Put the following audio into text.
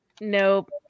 Nope